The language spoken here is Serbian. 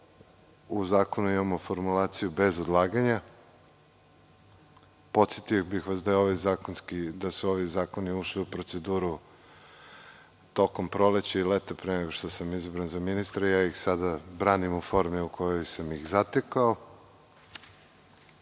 u zakonu imamo formulaciju - bez odlaganja. Podsetio bih vas da su ovi zakoni ušli u proceduru tokom proleća i leta pre nego što sam izabran za ministra i ja ih sada branim u formi u kojoj sam ih zatekao.